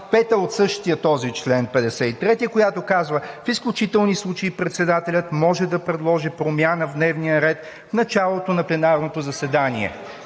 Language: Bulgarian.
5 от същия този чл. 53, която казва: „В изключителни случаи председателят може да предложи промяна в дневния ред в началото на пленарното заседание.“